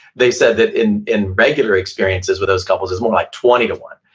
they said that in in regular experiences with those couples, it's more like twenty to one.